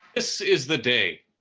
this is the day,